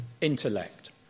intellect